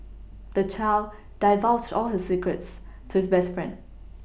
the child divulged all his secrets to his best friend